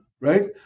right